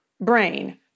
brain